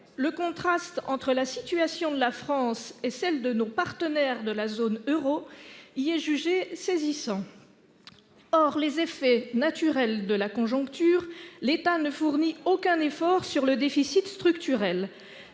Le contraste entre la situation de la France et celle de nos partenaires de la zone euro y est jugé « saisissant ». Hors les effets naturels de la conjoncture, l'État ne fournit aucun effort sur le déficit structurel.